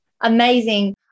Amazing